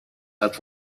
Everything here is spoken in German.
hat